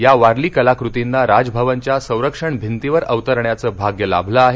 या वारली कलाकृतींना राजभवनच्या संरक्षण भिंतीवर अवतरण्याचे भाग्य लाभले आहे